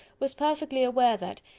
was perfectly aware that,